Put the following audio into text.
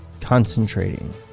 concentrating